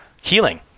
healing